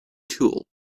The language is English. tool